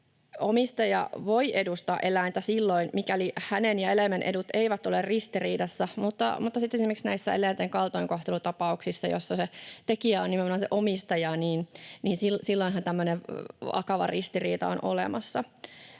Omistaja voi edustaa eläintä silloin, mikäli hänen ja eläimen edut eivät ole ristiriidassa, mutta sitten esimerkiksi näissä eläinten kaltoinkohtelutapauksissa, jossa se tekijä on nimenomaan se omistaja, tämmöinen vakava ristiriita on olemassa.